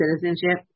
citizenship